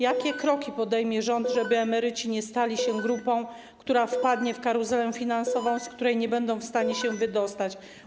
Jakie kroki podejmie rząd, żeby emeryci nie stali się grupą, która wpadnie w karuzelę finansową, z której nie będą w stanie się wydostać?